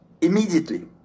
immediately